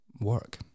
work